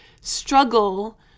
struggle